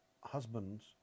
husbands